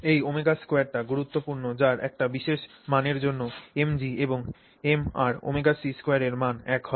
এই ω2 টি গুরুত্বপূর্ণ যার একটি বিশেষ মানের জন্য mg এবং mrωc2 এর মান এক হয়